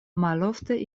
malofte